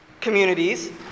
communities